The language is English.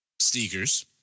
Sneakers